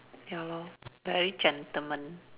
ya lor very gentleman